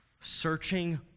searching